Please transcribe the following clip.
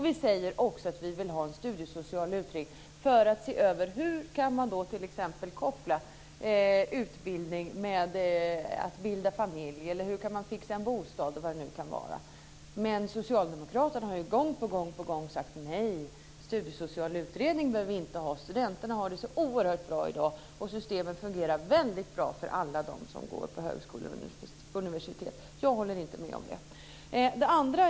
Vi säger också att vi vill ha en studiesocial utredning för att se över hur man kan koppla ihop utbildning med att bilda familj, hur man kan fixa en bostad osv. Men socialdemokraterna har gång på gång sagt att vi inte behöver någon studiesocial utredning. Studenterna har det så oerhört bra i dag och systemen fungerar väldigt bra för alla dem som går på högskolor och universitet. Jag håller inte med om det.